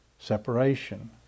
Separation